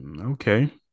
Okay